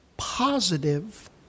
Positive